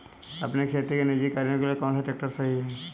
अपने खेती के निजी कार्यों के लिए कौन सा ट्रैक्टर सही है?